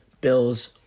Bills